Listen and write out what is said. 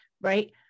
right